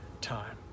time